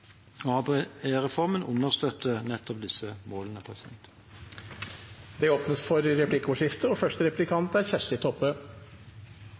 understøtter nettopp disse målene. Det blir replikkordskifte.